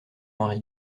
henri